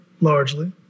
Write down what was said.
largely